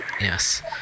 Yes